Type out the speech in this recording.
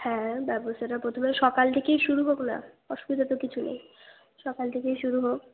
হ্যাঁ ব্যবস্থাটা প্রথমে সকাল থেকেই শুরু হোক না অসুবিধা তো কিছু নেই সকাল থেকেই শুরু হোক